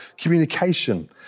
communication